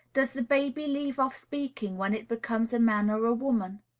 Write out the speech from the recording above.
does the baby leave off speaking when it becomes a man or a woman?